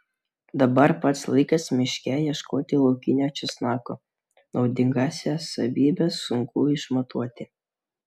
dabar pats laikas miške ieškoti laukinio česnako naudingąsias savybes sunku išmatuoti